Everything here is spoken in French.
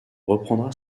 reprendra